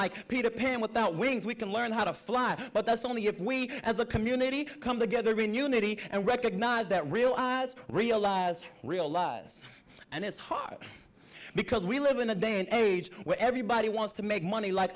like peter pan without wings we can learn how to fly but that's only if we as a community come together in unity and recognize that realize realize realize and it's hard because we live in a day and age where everybody wants to make money like